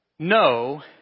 No